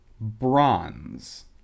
bronze